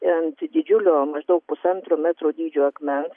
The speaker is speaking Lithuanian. ant didžiulio maždaug pusantro metrų dydžio akmens